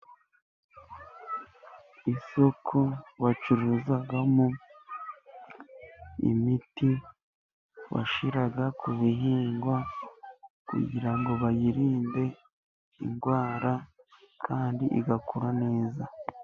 Isoko bacuruzamo imiti bashyira ku bihingwa, kugira ngo bayirinde indwara kandi igakura neza.